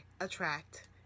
attract